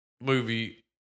movie